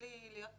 בלי להיות